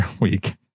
week